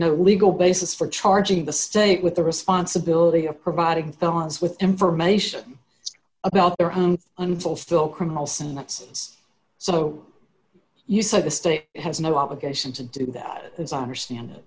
no legal basis for charging the state with the responsibility of providing felons with information about their own unfulfilled criminals and that's so you said the state has no obligation to do that as i understand it